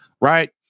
right